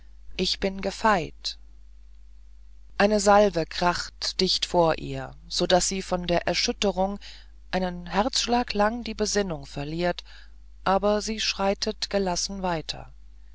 ich bin gefeit eine salve krachte dicht vor ihr so daß sie von der erschütterung einen herzschlag lang die besinnung verliert aber sie schreitet gelassen weiter